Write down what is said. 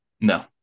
No